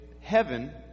heaven